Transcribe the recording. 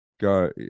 go